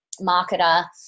marketer